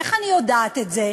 ואיך אני יודעת את זה?